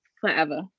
forever